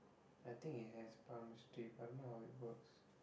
I think it has palmistry but I don't know how it works